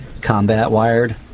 combat-wired